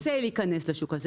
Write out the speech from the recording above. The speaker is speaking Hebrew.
שרוצה להיכנס לשוק הזה.